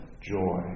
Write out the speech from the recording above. joy